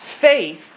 faith